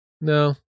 no